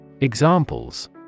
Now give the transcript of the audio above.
Examples